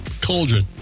cauldron